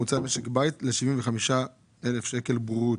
הממוצע למשק בית ל-75 אלף שקלים ברוטו".